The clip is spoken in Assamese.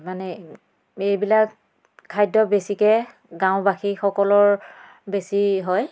মানে এইবিলাক খাদ্য বেছিকৈ গাঁওবাসীসকলৰ বেছি হয়